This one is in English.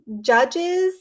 judges